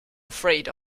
afraid